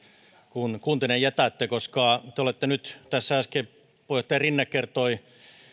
kun kun te ne jätätte koska kun tässä äsken puheenjohtaja rinne